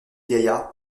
gaillard